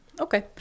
Okay